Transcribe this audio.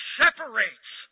separates